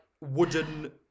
wooden